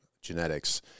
genetics